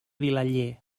vilaller